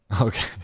okay